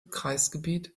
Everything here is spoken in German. kreisgebiet